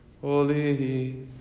Holy